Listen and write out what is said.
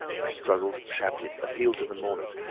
i struggled, shouted, appealed to the mourners,